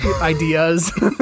ideas